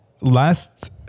last